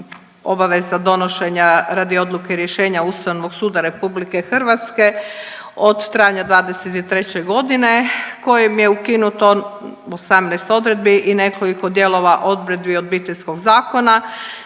obaveza donošenja radi odluke rješenja Ustavnog suda Republike Hrvatske od travnja 2023. godine kojim je ukinuto 18 odredbi i nekoliko dijelova odredbi Obiteljskog zakona